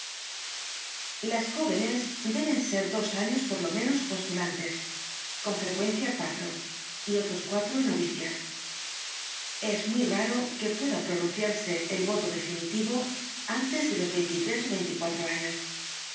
las jóvenes deben ser dos años por lo menos postulantes con frecuencia cuatro y otros cuatro novicias es muy raro que pueda pronunciarse el voto definitivo antes de los veintitres ó veinticuatro años